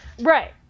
Right